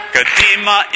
Kadima